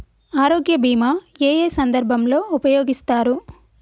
ఆరోగ్య బీమా ఏ ఏ సందర్భంలో ఉపయోగిస్తారు?